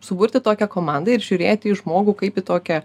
suburti tokią komandą ir žiūrėti į žmogų kaip į tokią